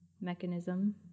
mechanism